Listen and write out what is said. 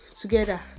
together